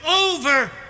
over